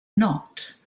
not